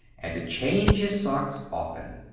and to change his socks often.